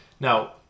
Now